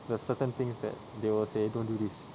there's certain things that they will say don't do this